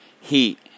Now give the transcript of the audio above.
Heat